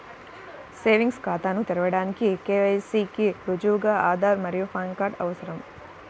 savings ఖాతాను తెరవడానికి KYC కి రుజువుగా ఆధార్ మరియు పాన్ కార్డ్ అవసరం